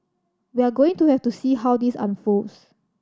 we're going to have to see how this unfolds